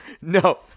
No